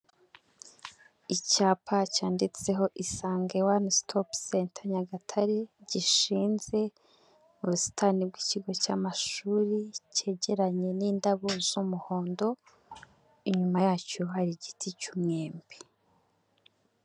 Icyapa cyanditseho isange one stop center Nyagatare gishinze m'ubusitani bw'ikigo cy'amashuri cyegeranye n'indabo z'umuhondo inyuma yacyo hari igiti cy'umwembe.